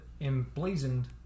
emblazoned